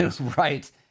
Right